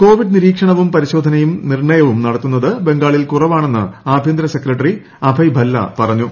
Covid നിരീക്ഷണവും പരിശോധനയും നിർണയവും നടത്തുന്നത് ബംഗാളിൽ കുറവാണെന്ന് ആഭ്യന്തര സെക്രട്ടറി അജയ് ഭല്ല പറഞ്ഞു